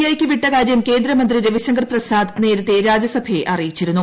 I യ്ക്ക് വിട്ട കാര്യം കേന്ദ്രമന്ത്രി രവിശങ്കർ പ്രസാദ് നേരത്തെ രാജ്യസഭയെ അറിയിച്ചിരുന്നു